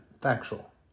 factual